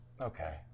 Okay